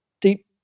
deep